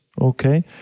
Okay